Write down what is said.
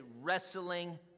wrestling